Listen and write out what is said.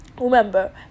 Remember